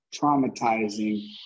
traumatizing